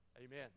Amen